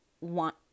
want